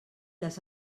les